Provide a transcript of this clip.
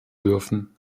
dürfen